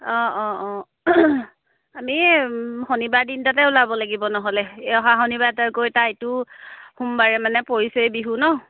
অঁ অঁ অঁ আমি শনিবাৰ দিন এটাতে ওলাব লাগিব নহ'লে এই অহা শনিবাৰ এটা গৈ তাৰ ইটো সোমবাৰে মানে পৰিছেই বিহু নহ্